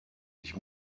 ich